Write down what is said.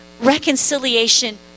reconciliation